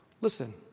Listen